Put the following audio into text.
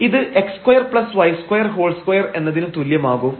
ഇത് x2y22 എന്നതിനു തുല്യമാകും